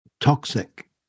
toxic